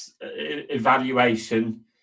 evaluation